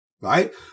right